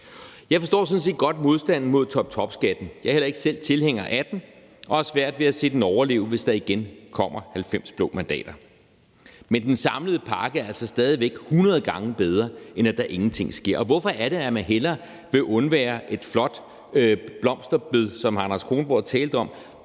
Jeg forstår sådan set godt modstanden mod toptopskatten – jeg heller ikke selv tilhænger af den og har svært ved at se den overleve, hvis der igen kommer 90 blå mandater – men den samlede pakke er altså stadig væk 100 gange bedre, end at der ingenting sker. Og hvorfor er det, at man hellere vil undvære et flot blomsterbed, som hr. Anders Kronborg talte om,